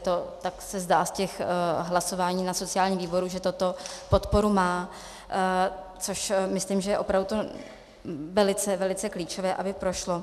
To tak se zdá z těch hlasování na sociálním výboru, že toto podporu má, což myslím, že je opravdu to velice, velice klíčové, aby prošlo.